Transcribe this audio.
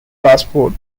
passport